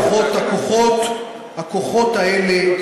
הכוחות האלה,